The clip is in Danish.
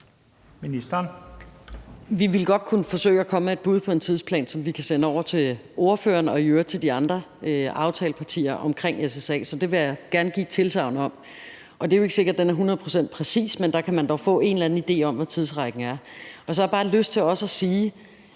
Vi ville godt kunne forsøge at komme med et bud på en tidsplan, som vi kan sende over til spørgeren og i øvrigt til de andre aftalepartier omkring SSA-aftalen. Så det vil jeg gerne give et tilsagn om. Det er jo ikke sikkert, den er hundrede procent præcis, men der kan man dog få en eller anden idé om, hvad tidsrammen er. Så har jeg bare lyst til også at sige,